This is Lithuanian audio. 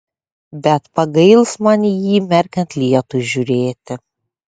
bet pagails man į jį merkiant lietui žiūrėti